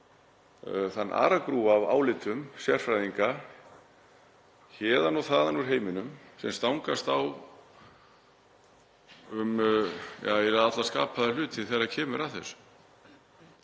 þann aragrúa af álitum sérfræðinga héðan og þaðan úr heiminum sem stangast á um alla skapaða hluti þegar kemur að þessu.